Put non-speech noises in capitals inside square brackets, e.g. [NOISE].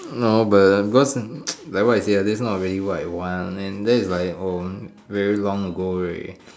no but because [NOISE] like what you said ah that's not really what I want and that is like um very long ago already